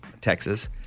Texas